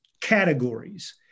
categories